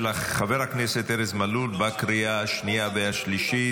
של חבר הכנסת ארז מלול, לקריאה השנייה והשלישית.